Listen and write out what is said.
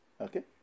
Okay